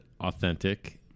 authentic